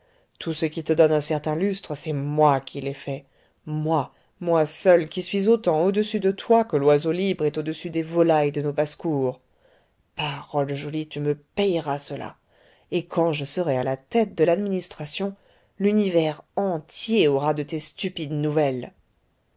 tout ce qui te donne un certain lustre c'est moi qui l'ai fait moi moi seul qui suis autant au-dessus de toi que l'oiseau libre est au-dessus des volailles de nos basses-cours parole jolie tu me payeras cela et quand je serai à la tête de l'administration l'univers entier aura de tes stupides nouvelles